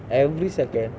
every second